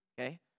okay